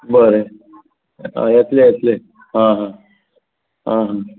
बरें येतलें येतलें आं हां आं हां